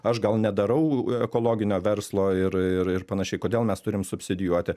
aš gal nedarau ekologinio verslo ir ir ir panašiai kodėl mes turim subsidijuoti